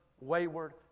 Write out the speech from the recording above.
wayward